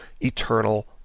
eternal